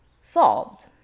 solved